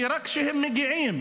ורק כשהם מגיעים,